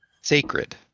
Sacred